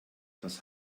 das